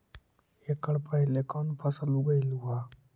एकड़ पहले कौन फसल उगएलू हा?